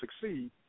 succeed